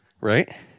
Right